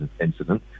incident